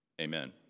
amen